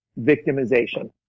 victimization